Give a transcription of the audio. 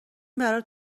برات